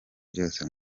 byose